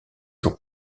jours